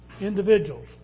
individuals